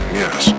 yes